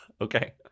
Okay